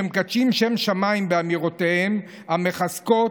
שמקדשים שם שמיים באמירותיהם הרוחניות,